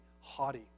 haughty